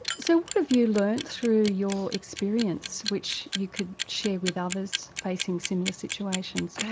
so what have you learned through your experience which you could share with others facing similar situations?